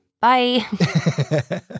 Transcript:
bye